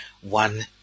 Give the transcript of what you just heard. one